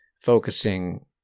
focusing